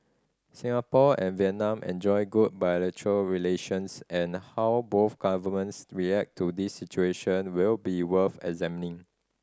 Singapore and Vietnam enjoy good bilateral relations and how both governments react to this situation will be worth examining